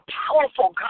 powerful